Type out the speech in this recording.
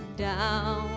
down